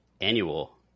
annual